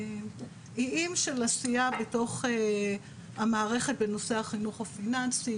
או איים של עשייה בתוך המערכת בנושא החינוך הפיננסי,